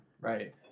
right